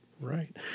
Right